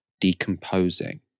decomposing